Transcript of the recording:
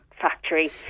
factory